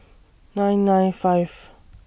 nine nine five